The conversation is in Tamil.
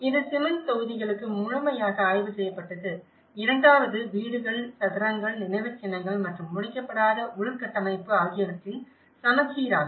இது சிமென்ட் தொகுதிகளுக்கு முழுமையாக ஆய்வு செய்யப்பட்டு இரண்டாவது வீடுகள் சதுரங்கள் நினைவுச்சின்னங்கள் மற்றும் முடிக்கப்படாத உள்கட்டமைப்பு ஆகியவற்றின் சமச்சீர் ஆகும்